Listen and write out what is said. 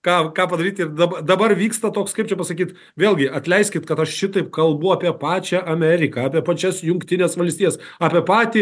ką ką padaryt ir dab dabar vyksta toks kaip čia pasakyt vėlgi atleiskit kad aš šitaip kalbu apie pačią ameriką apie pačias jungtines valstijas apie patį